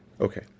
Okay